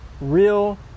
real